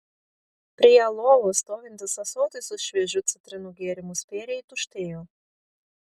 prie lovos stovintis ąsotis su šviežiu citrinų gėrimu spėriai tuštėjo